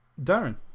Darren